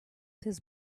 his